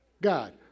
God